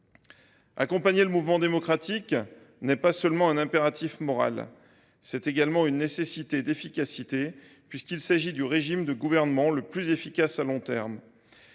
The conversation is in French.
Accompagner le mouvement démocratique n’est pas seulement un impératif moral. C’est également une nécessité pratique, puisqu’il s’agit du régime de gouvernement le plus efficace à long terme.